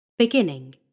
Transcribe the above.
Beginning